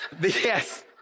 Yes